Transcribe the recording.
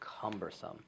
cumbersome